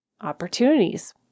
opportunities